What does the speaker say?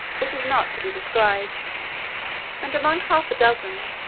which is not to be described and among half a dozen,